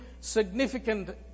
significant